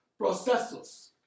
processors